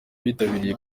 bitabiriye